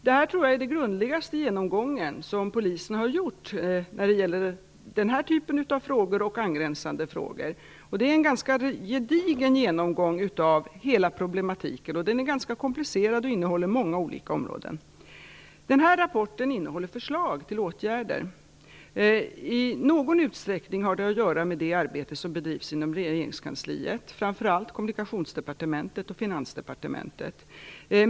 Detta tror jag är den grundligaste genomgång som polisen har gjort när det gäller den här typen av frågor och angränsande frågor. Det är en ganska gedigen genomgång av hela problematiken. Den är ganska komplicerad och innehåller många olika områden. Den här rapporten innehåller förslag till åtgärder. I någon utsträckning har de att göra med det arbete som bedrivs inom regeringskansliet, framför allt inom Kommunikationsdepartementet och Finansdepartementet.